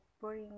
bring